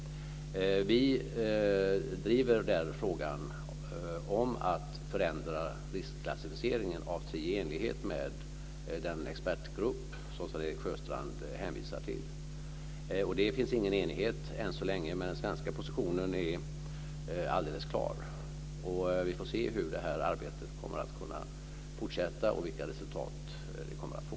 Vi driver frågan om att förändra riskklassificeringen av tri i enlighet med förslaget från den expertgrupp som Sven-Erik Sjöstrand hänvisar till. Det finns än så länge inte någon enighet, men den svenska positionen är alldeles klar. Vi får se hur arbetet kommer att kunna fortsätta och vilka resultat det kommer att få.